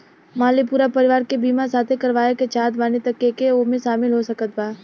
मान ली पूरा परिवार के बीमाँ साथे करवाए के चाहत बानी त के के ओमे शामिल हो सकत बा?